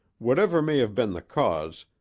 whatever may have been the cause,